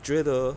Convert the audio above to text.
觉得